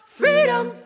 freedom